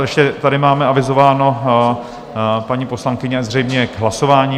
Ještě tady máme avizováno paní poslankyně zřejmě k hlasování.